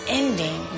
ending